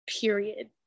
Period